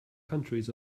countries